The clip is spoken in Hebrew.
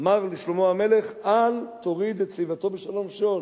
אמר לשלמה המלך: אל תוריד את שיבתו בשלום שאול.